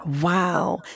Wow